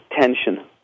tension